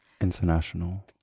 international